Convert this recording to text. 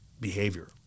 behavior